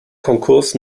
konkurs